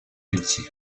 peltier